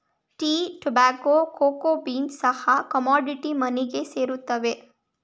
tea, tobacco, cocoa beans ಸಹ commodity ಮನಿಗೆ ಸೇರುತ್ತವೆ